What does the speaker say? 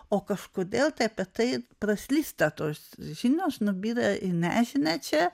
o kažkodėl tai apie tai praslysta tos žinios nubyra į nežinią čia